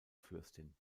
fürstin